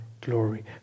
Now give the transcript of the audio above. glory